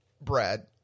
Brad